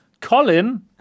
Colin